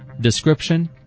description